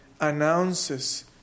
announces